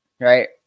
Right